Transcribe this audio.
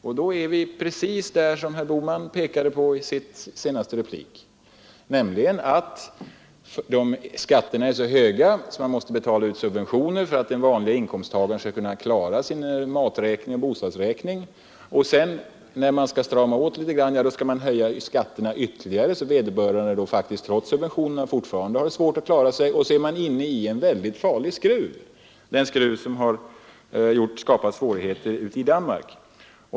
Och då är vi precis i den situation som herr Bohman pekade på i sin senaste replik, nämligen att skatterna är så höga att man måste betala ut subventioner för att den vanlige inkomsttagaren skall kunna klara sin maträkning och sin bostadsräkning. Och när man sedan skall strama åt litet grand skall man höja skatterna ytterligare så att vederbörande faktiskt trots subventioner fortfarande har svårt att klara sig. Och därmed är man inne i en farlig skruv — den skruv som har skapat svårigheter i Danmark.